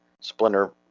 Splinter